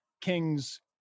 Kings